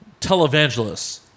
televangelists